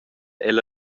ella